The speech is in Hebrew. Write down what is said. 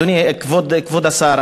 כבוד השר,